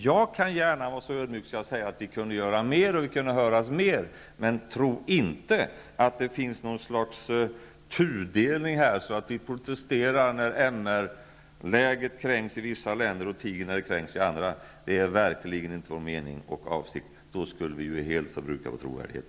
Jag kan gärna vara så ödmjuk att jag säger att vi kunde göra mer och höras mer, men tro inte att det finns något slags tudelning, så att vi protesterar när MR-läget kränks i vissa länder och tiger när det kränks i andra. Det är verkligen inte vår mening och avsikt. Då skulle vi ju helt förbruka vår trovärdighet.